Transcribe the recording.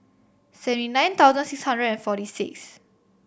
seventy nine thousand six hundred and forty six